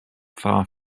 far